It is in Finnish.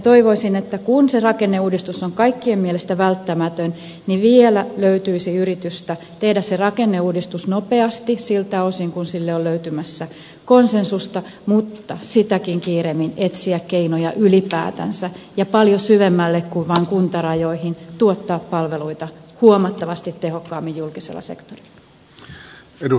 toivoisin että kun se rakenneuudistus on kaikkien mielestä välttämätön niin vielä löytyisi yritystä tehdä se rakenneuudistus nopeasti siltä osin kuin sille on löytymässä konsensusta mutta sitäkin kiireemmin etsiä keinoja ylipäätänsä ja paljon syvemmälle kuin vaan kuntarajoihin tuottaa palveluita huomattavasti tehokkaammin julkisella sektorilla